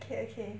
okay okay